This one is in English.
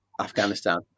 Afghanistan